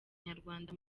nyarwanda